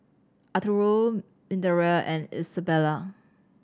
Arturo Minervia and Isabela